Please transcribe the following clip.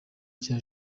cya